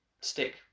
stick